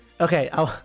Okay